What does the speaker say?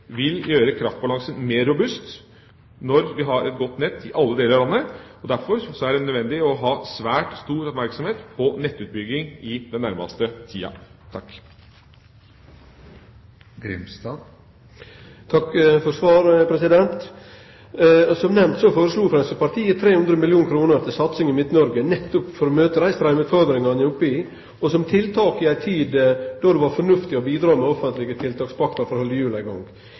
vil gjøre kraftbalansen mer robust når vi har et godt nett i alle deler av landet. Derfor er det nødvendig å ha svært stor oppmerksomhet på nettutbygging i den nærmeste tiden. Takk for svaret. Som nemnt foreslo Framstegspartiet 300 mill. kr. til satsing i Midt-Noreg nettopp for å møte dei straumutfordringane ein er oppe i, og som tiltak i ei tid då det var fornuftig å bidra med offentlege tiltakspakker for å halde hjula i gang.